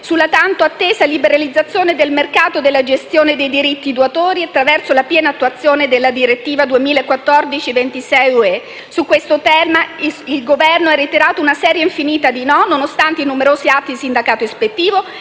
sulla tanto attesa liberalizzazione del mercato della gestione dei diritti d'autore, attraverso la piena attuazione della direttiva 2014/26/UE. Su questo tema il Governo ha reiterato una serie infinita di no, nonostante i numerosi atti di sindacato ispettivo,